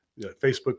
Facebook